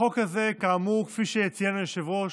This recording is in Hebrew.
החוק הזה, כאמור וכפי שציין היושב-ראש,